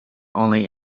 only